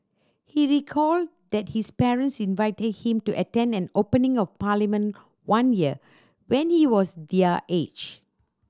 he recalled that his parents invited him to attend an opening of Parliament one year when he was their age